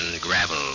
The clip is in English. Gravel